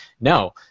No